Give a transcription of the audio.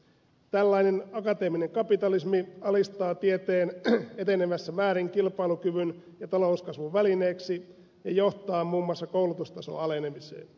tällainen akateeminen kapitalismi alistaa tieteen enenevässä määrin kilpailukyvyn ja talouskasvun välineeksi ja johtaa muun muassa koulutustason alenemiseen